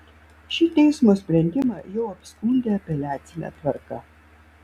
šį teismo sprendimą jau apskundė apeliacine tvarka